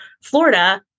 Florida